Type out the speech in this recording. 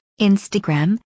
Instagram